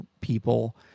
people